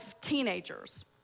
teenagers